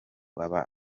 aba